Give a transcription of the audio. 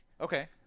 Okay